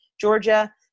Georgia